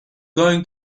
going